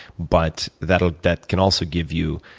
but that ah that can also give you